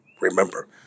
Remember